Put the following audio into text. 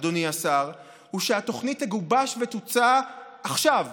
אדוני השר, הוא שהתוכנית תגובש ותוצע עכשיו